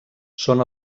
són